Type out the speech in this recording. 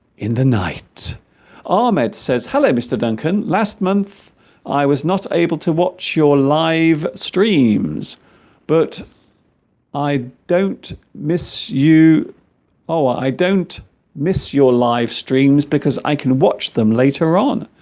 in the night ahmed says hello mr. duncan last month i was not able to watch your live streams but i don't miss you oh i don't miss your live streams because i can watch them later on